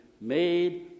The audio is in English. made